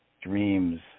dreams